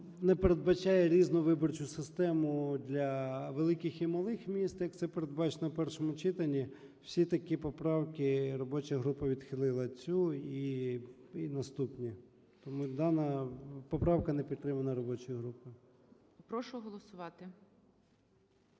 не передбачає різну виборчу систему для великих і малих міст, як це передбачено в першому читанні. Всі такі поправки робоча група відхилила, цю і наступні. Тому дана поправка не підтримана робочою групою. ГОЛОВУЮЧИЙ. Прошу голосувати.